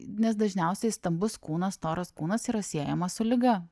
nes dažniausiai stambus kūnas storas kūnas yra siejamas su liga